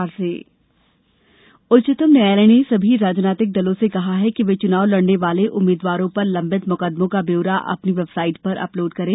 उच्चतम न्यायालय उच्चतम न्यायालय ने सभी राजनैतिक दलों से कहा है कि वे चुनाव लड़ने वाले उम्मीदवारों पर लंबित मुकादमों का ब्यौरा अपनी बेवसाइट पर अपलोड करें